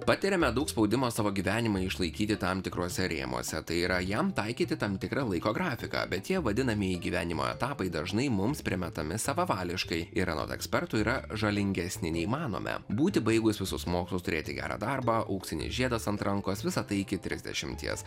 patiriame daug spaudimo savo gyvenimą išlaikyti tam tikruose rėmuose tai yra jam taikyti tam tikrą laiko grafiką bet tie vadinamieji gyvenimo etapai dažnai mums primetami savavališkai ir anot ekspertų yra žalingesni nei manome būti baigus visus mokslus turėti gerą darbą auksinis žiedas ant rankos visa tai iki trisdešimties